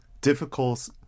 difficult